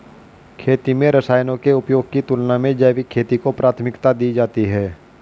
खेती में रसायनों के उपयोग की तुलना में जैविक खेती को प्राथमिकता दी जाती है